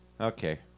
okay